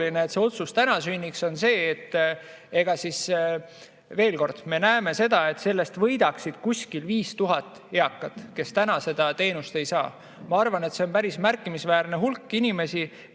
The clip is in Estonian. see otsus täna sünniks, on see, et veel kord, me näeme seda, et sellest võidaks umbes 5000 eakat, kes täna seda teenust ei saa. Ma arvan, et on päris märkimisväärne hulk inimesi,